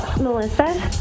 Melissa